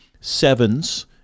sevens